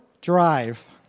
Drive